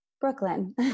Brooklyn